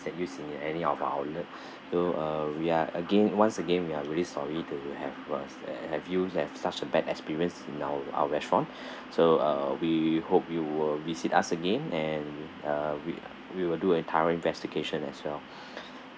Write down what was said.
set use any of our outlets though uh we're again once again we are really sorry to have was have you have such a bad experience you in our our restaurant so uh we hope you will visit us again and uh we we will do a thorough investigation as well